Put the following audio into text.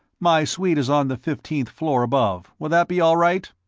my suite is on the fifteenth floor above will that be all right?